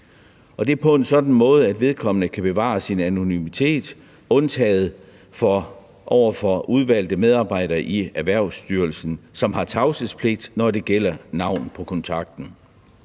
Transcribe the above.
det på en sådan måde, at vedkommende kan bevare sin anonymitet undtagen over for udvalgte medarbejdere i Erhvervsstyrelsen, som har tavshedspligt, når det gælder navn på kontakten.